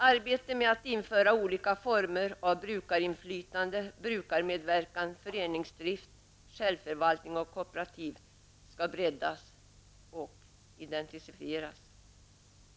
Arbetet med att införa olika former av brukarinflytande, brukarmedverkan, föreningsdrift, självförvaltning och kooperativ skall breddas och intensifieras.